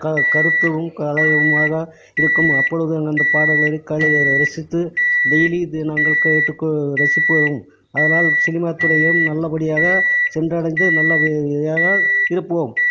க கருத்தும் கலவையுமாக இருக்கும் அப்பொழுது அந்தந்த பாடல்கள் மாதிரி கலையை ரசித்து டெய்லி த நாங்கள் கேட்டுக் கொ ரசிப்போம் ஆதலால் சினிமா துறையும் நல்லபடியாக சென்றடைந்து நல்ல படியாக இருப்போம்